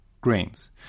grains